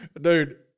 Dude